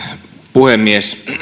puhemies